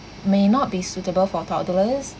may not be suitable for toddlers